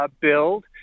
build